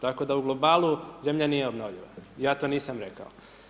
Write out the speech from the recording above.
Tako da u globalu, zemlja nije obnovljiva i ja to nisam rekao.